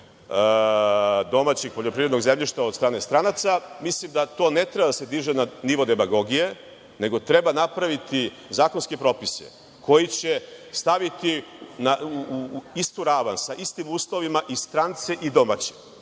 domaćeg poljoprivrednog zemljišta od stane stranaca. Mislim da to ne treba da se diže na nivo demagogije, nego treba napraviti zakonske propise koji će staviti u istu ravan sa istim uslovima i strance i domaće.